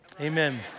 Amen